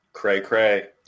Cray-cray